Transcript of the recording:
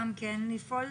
לפעול